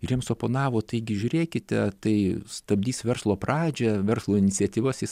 ir jiems oponavo taigi žiūrėkite tai stabdys verslo pradžią verslo iniciatyvas jis